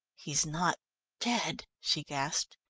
he's not dead? she gasped.